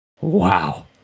Wow